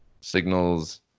signals